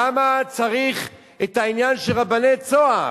למה צריך את העניין של רבני "צהר"?